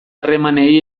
harremanei